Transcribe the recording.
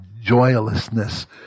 joylessness